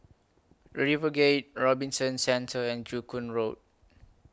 RiverGate Robinson Centre and Joo Koon Road